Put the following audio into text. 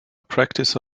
practice